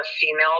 female